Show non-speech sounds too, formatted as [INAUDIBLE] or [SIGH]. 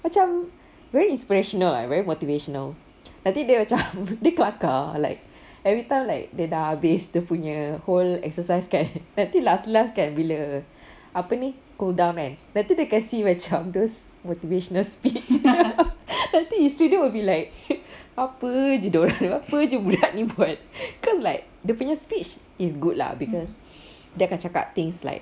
macam very inspirational ah very motivational nanti dia macam dia kelakar like every time like dia dah habis dia punya whole exercise kan nanti last last kan bila apa ni cool down kan nanti dia kasih macam those motivational speech [LAUGHS] nanti isteri dia will be like apa jer apa jer budak ni buat cause like dia punya speech is good lah because dia akan cakap things like